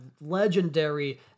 legendary